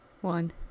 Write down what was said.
one